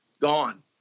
gone